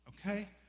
Okay